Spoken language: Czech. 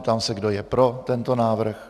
Ptám se, kdo je pro tento návrh.